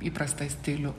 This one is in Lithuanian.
įprastą stilių